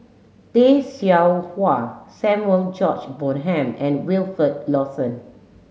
Tay Seow Huah Samuel George Bonham and Wilfed Lawson